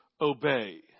Obey